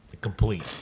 Complete